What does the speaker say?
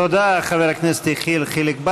תודה לך, חבר הכנסת יחיאל חיליק בר.